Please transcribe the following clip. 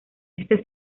este